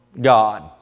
God